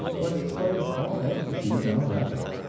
but in spite of all ecstasies and all efforts,